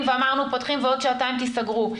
ואמרנו שפותחים ובעוד שעתיים תיסגרו,